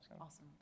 Awesome